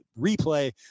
replay